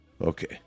Okay